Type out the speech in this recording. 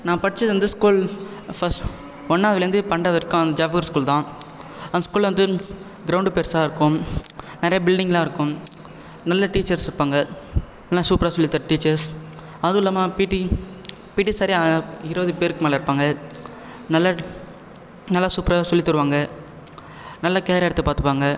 நான் படித்தது வந்து ஸ்கூல் ஃபர்ஸ்ட் ஒன்றாவதுலேந்து பன்னெரெண்டாவது வரைக்கும் ஜவஹர் ஸ்கூல் தான் அந்த ஸ்கூலில் வந்து கிரௌண்ட் பெருசாயிருக்கும் நிறைய பில்டிங்கெலாம் இருக்கும் நல்ல டீச்சர்ஸ் இருப்பாங்க எல்லாம் சூப்பராக சொல்லி தர டீச்சர்ஸ் அதுவும் இல்லாமல் பீடி பீடி சாரே இருபது பேருக்கு மேல் இருப்பாங்க நல்ல நல்லா சூப்பராகவே சொல்லி தருவாங்க நல்ல கேர் எடுத்து பார்த்துப்பாங்க